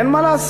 אין מה לעשות.